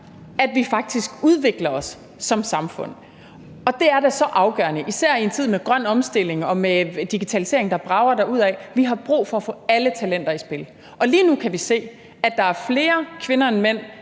at vi faktisk udvikler os som samfund. Og det er da så afgørende, især i en tid med grøn omstilling og med digitalisering, der brager derudad: Vi har brug for at få alle talenter i spil. Og lige nu kan vi se, at der er flere kvinder end mænd,